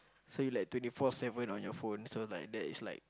so you like twenty four seven on your phone so like that is like